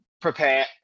prepare